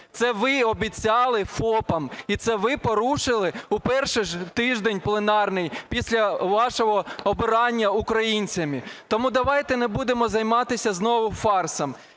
Це ви обіцяли ФОПам, і це ви порушили у перший же тиждень пленарний після вашого обирання українцями, тому давайте не будемо займатися знову фарсом.